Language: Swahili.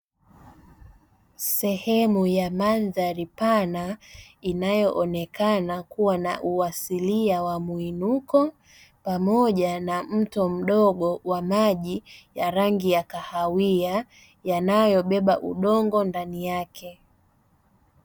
Sehemu ya mandhari pana, inayoonekana kuwa na uasilia wa muinuko, pamoja na mto mdogo wa maji ya rangi ya kahawia yanayobeba udongo ndani yake.